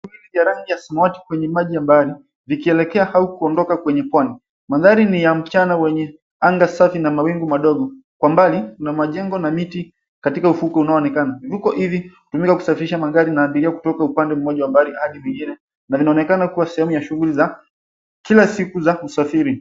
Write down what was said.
...ya rangi ya samawati kwenye maji ya mbali, vikielekea haukuondoka kwenye pwani. Mandhari ni ya mchana wenye anga safi na mawingu madogo. Kwa mbali kuna majengo na miti katika ufuko unaoonekana. Vivuko hivi hutumika kusafirishia magari na abiria kutoka upande mmoja wa mbali hadi mwingine na vinaonekana kuwa sehemu ya shughuli za kila siku za usafiri.